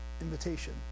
invitation